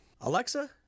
Alexa